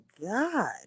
god